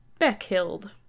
Beckhild